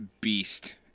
beast